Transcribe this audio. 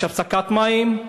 יש הפסקת מים,